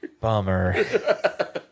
Bummer